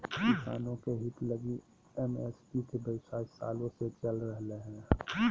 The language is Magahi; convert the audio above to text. किसानों के हित लगी एम.एस.पी के व्यवस्था सालों से चल रह लय हें